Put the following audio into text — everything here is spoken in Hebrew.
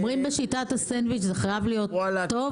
בשיטת הסנדוויץ' אומרים שזה חייב להיות טוב,